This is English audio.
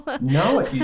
No